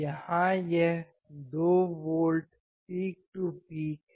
यहाँ यह 2 volt peak to peak है